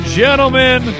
gentlemen